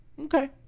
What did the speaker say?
Okay